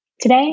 Today